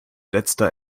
letzter